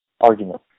argument